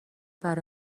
برا